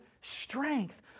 strength